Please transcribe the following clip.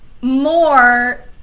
more